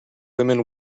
women